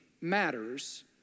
matters